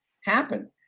happen